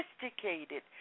sophisticated